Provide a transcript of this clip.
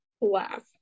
laugh